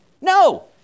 No